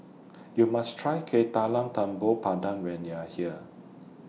YOU must Try Kueh Talam Tepong Pandan when YOU Are here